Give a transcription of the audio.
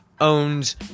owns